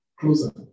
closer